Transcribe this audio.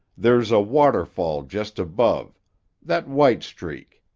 there's a waterfall just above that white streak.